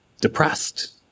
depressed